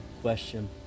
question